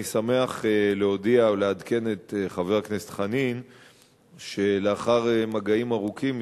אני שמח להודיע ולעדכן את חבר הכנסת חנין שלאחר מגעים ארוכים,